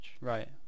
Right